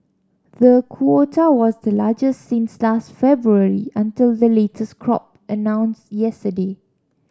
the quota was the largest since last February until the latest crop announced yesterday